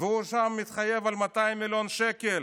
ושם הוא מתחייב על 200 מיליון שקל